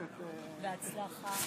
והאמת,